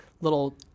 Little